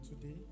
today